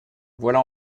voilà